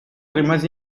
rimase